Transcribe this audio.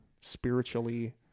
spiritually